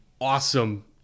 awesome